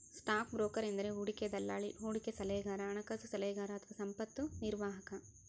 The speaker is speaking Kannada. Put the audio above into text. ಸ್ಟಾಕ್ ಬ್ರೋಕರ್ ಎಂದರೆ ಹೂಡಿಕೆ ದಲ್ಲಾಳಿ, ಹೂಡಿಕೆ ಸಲಹೆಗಾರ, ಹಣಕಾಸು ಸಲಹೆಗಾರ ಅಥವಾ ಸಂಪತ್ತು ನಿರ್ವಾಹಕ